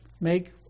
make